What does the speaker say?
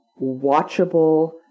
watchable